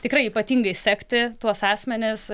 tikrai ypatingai sekti tuos asmenis